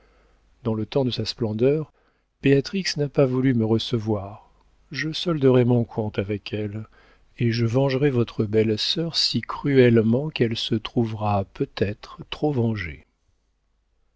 dans le temps de sa splendeur béatrix n'a pas voulu me recevoir je solderai mon compte avec elle et je vengerai votre belle-sœur si cruellement qu'elle se trouvera peut-être trop vengée